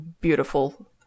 beautiful